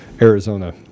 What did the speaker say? Arizona